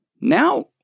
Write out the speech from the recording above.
Now